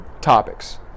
topics